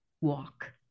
walk